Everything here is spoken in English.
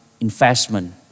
investment